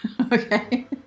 Okay